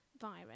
virus